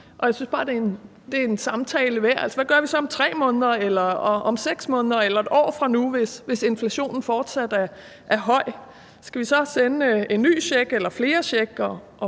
det er en samtale værd. Hvad gør vi så om 3 måneder eller om 6 måneder eller 1 år fra nu, hvis inflationen fortsat er høj? Skal vi så sende en ny check eller flere checks,